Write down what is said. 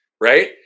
right